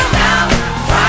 now